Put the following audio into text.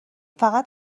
فقط